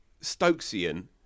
Stokesian